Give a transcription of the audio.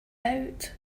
out